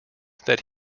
that